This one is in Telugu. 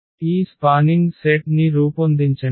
ఈ స్పానింగ్ సెట్ ని రూపొందించండి